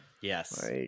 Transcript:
Yes